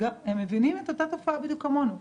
הם מבינים את התופעה בדיוק כמונו,